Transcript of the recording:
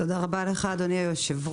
תודה רבה לך, אדוני היושב-ראש.